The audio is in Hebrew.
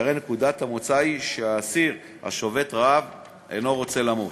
שהרי נקודת המוצא היא שהאסיר השובת רעב אינו רוצה למות.